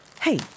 Hey